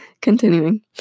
continuing